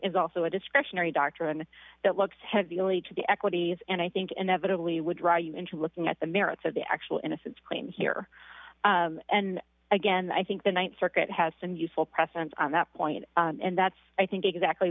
is also a discretionary doctrine that looks heavy only to the equities and i think inevitably would draw you into looking at the merits of the actual innocence claim here and again i think the th circuit has some useful precedents on that point and that's i think exactly